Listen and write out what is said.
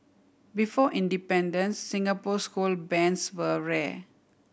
before independence Singapore school bands were rare